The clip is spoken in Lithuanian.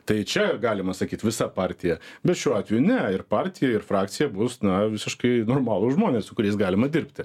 tai čia galima sakyt visa partija bet šiuo atveju ne ir partija ir frakcija bus na visiškai normalūs žmonės su kuriais galima dirbti